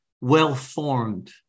well-formed